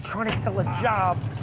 sort of sell a job,